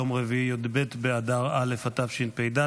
יום רביעי י"ב באדר א' התשפ"ד,